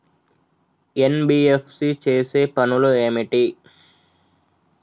NBFC చేసే పనులు ఏమిటి?